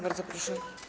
Bardzo proszę.